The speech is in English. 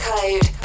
Code